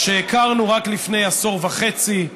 שהכרנו רק לפני עשור וחצי,